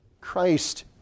Christ